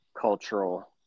cultural